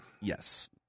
Yes